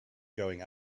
going